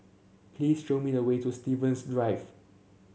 please show me the way to Stevens Drive